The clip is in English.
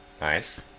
Nice